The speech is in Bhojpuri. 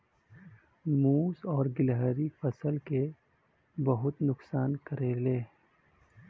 मुस और गिलहरी फसल क बहुत नुकसान करेले